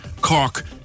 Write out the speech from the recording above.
Cork